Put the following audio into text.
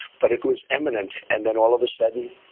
but it was imminent. and then all of a sudden,